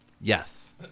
Yes